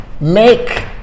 make